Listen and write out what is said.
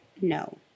No